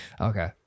okay